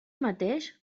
mateix